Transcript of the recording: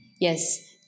Yes